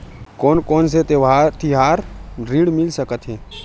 कोन कोन ले तिहार ऋण मिल सकथे?